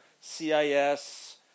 CIS